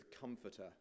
Comforter